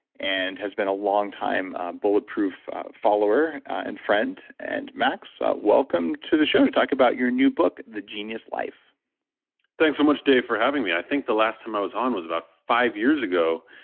and has been a longtime bulletproof follower and friend. and max, welcome to the show to talk about your new book, the genius life thanks um so dave, for having me. i think the last time i was on was about five years ago,